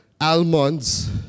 almonds